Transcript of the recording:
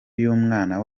y’umwana